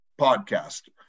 podcast